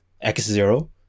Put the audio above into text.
X-Zero